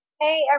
Hey